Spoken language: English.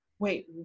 wait